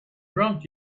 drunk